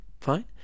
Fine